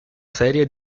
serie